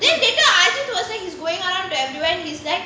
then later arju was like he's going around everywhere he's like